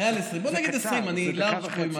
אני לארג', ככה.